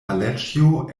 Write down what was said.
aleĉjo